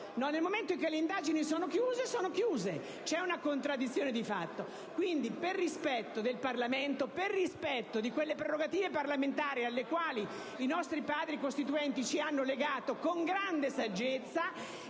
un reato? Se le indagini sono chiuse, è impossibile. C'è una contraddizione di fatto. Quindi, per rispetto del Parlamento, di quelle prerogative parlamentari alle quali i nostri Padri costituenti ci hanno legato con grande saggezza,